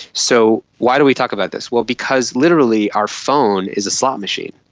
so why do we talk about this? well, because literally our phone is a slot machine.